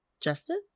Justice